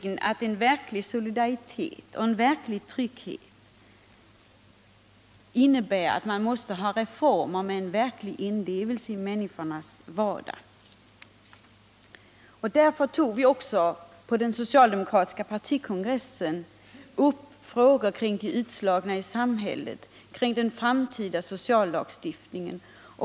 En solidaritet som kan ge verklig trygghet måste innebära att man genomför reformer med en verklig inlevelse i människornas vardag. På den socialdemokratiska partikongressen tog vi upp frågor kring de utslagna i samhället och kring den framtida sociallagstiftningen.